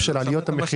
כן, מה זה לא?